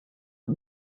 und